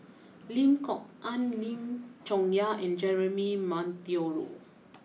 Lim Kok Ann Lim Chong Yah and Jeremy Monteiro